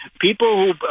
people